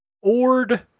Ord